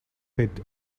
pit